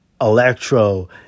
Electro